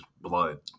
blood